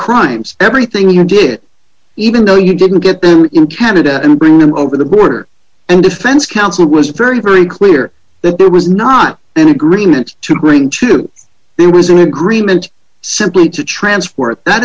crimes everything you did even though you didn't get them in canada and bring them over the border and defense counsel was very very clear that there was not an agreement to bring to there was an agreement simply to transport that